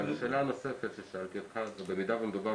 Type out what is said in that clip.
שאלה נוספת ששאלתי אותך זה במידה ומדובר